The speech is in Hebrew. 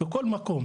בכל מקום.